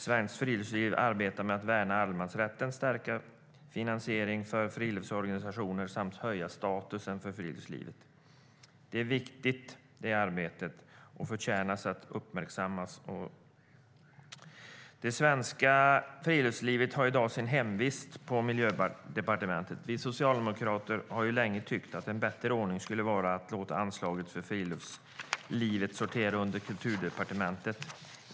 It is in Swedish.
Svenskt Friluftsliv arbetar med att värna allemansrätten, stärka finansiering av friluftsorganisationer samt att höja statusen för friluftslivet. Det arbetet är viktigt och förtjänar att uppmärksammas. Svenskt Friluftsliv sorterar i dag under Miljödepartementet. Vi socialdemokrater har länge tyckt att en bättre ordning skulle vara att låta Svenskt Friluftsliv sortera under Kulturdepartementet.